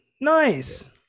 nice